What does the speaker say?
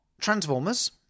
Transformers